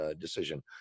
Decision